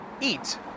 eat